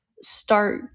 start